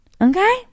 okay